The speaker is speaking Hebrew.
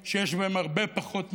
הם אנשים שלא מבינים שמה שקורה כאן